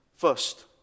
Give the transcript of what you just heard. First